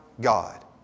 God